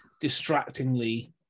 distractingly